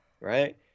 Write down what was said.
right